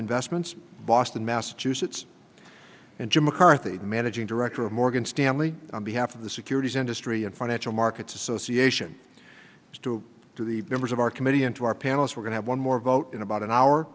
investments boston massachusetts and jim mccarthy managing director of morgan stanley on behalf of the securities industry and financial markets association two to the members of our committee into our panelists we're going have one more vote in about an hour